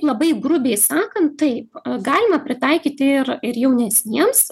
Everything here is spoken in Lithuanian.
labai grubiai sakan taip galima pritaikyti ir ir jaunesniems